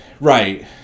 Right